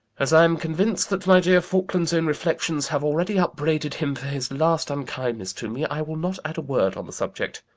as i am convinced that my dear faulkland's own reflections have already upbraided him for his last unkindness to me, i will not add a word on the subject.